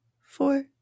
four